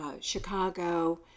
Chicago